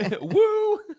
Woo